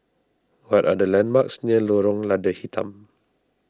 what are the landmarks near Lorong Lada Hitam